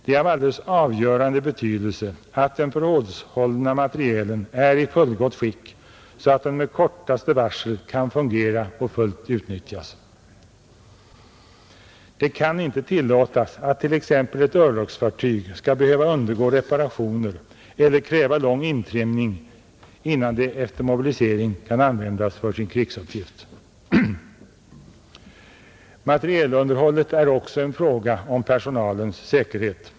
Det är av alldeles avgörande betydelse att den förrådshållna materielen är i fullgott skick, så att den med kortaste varsel kan fungera och fullt utnyttjas. Det kan inte tillåtas att t.ex. ett örlogsfartyg skall behöva undergå reparationer eller kräva lång intrimning innan det efter mobilisering kan användas för sin krigsuppgift. Materielunderhållet är också en fråga om personalens säkerhet.